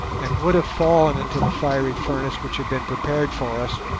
and would have fallen into the fiery furnace which had been prepared for us,